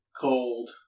cold